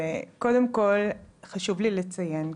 קודם כל חשוב לי לציין,